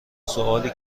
سوالی